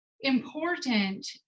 important